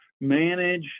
manage